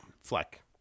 Fleck